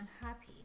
unhappy